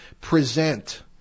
present